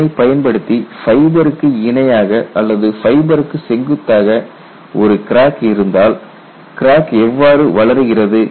இதனைப் பயன்படுத்தி ஃபைபருக்கு இணையாக அல்லது ஃபைபருக்கு செங்குத்தாக ஒரு கிராக் இருந்தால் கிராக் எவ்வாறு வளர்கிறது